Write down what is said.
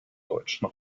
deutschen